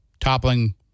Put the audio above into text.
toppling